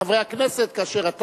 לא, חבר הכנסת ברכה.